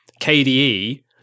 kde